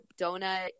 donut